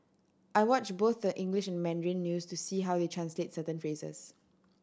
I watch both the English and Mandarin news to see how they translate certain phrases